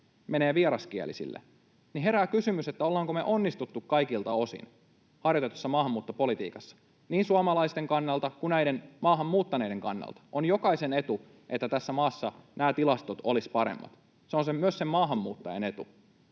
menee vieraskielisille, niin herää kysymys, ollaanko me onnistuttu kaikilta osin harjoitetussa maahanmuuttopolitiikassa niin suomalaisten kannalta kuin näiden maahan muuttaneiden kannalta. On jokaisen etu, että tässä maassa nämä tilastot olisivat paremmat. Se on myös sen maahanmuuttajan etu.